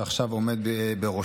שעכשיו הוא עומד בראשו,